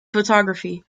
photography